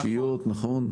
נכון.